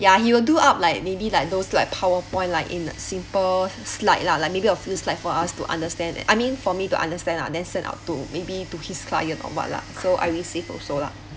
ya he will do up maybe like those like powerpoint like in a simple slide lah like maybe a few slide for us to understand I mean for me to understand lah then send out to maybe to his client or what lah so I receive also la